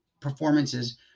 performances